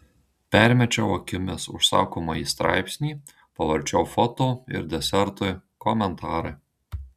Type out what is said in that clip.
permečiau akimis užsakomąjį straipsnį pavarčiau foto ir desertui komentarai